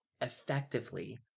effectively